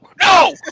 No